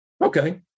Okay